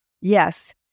Yes